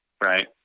right